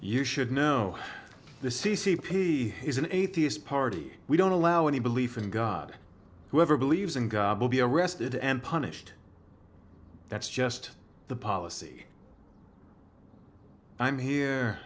you should know the c c p is an atheist party we don't allow any belief in god whoever believes in god will be arrested and punished that's just the policy i'm here